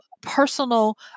personal